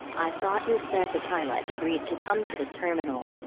i thought you said the pilot agreed to come to the terminal!